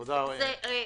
תודה, אורלי.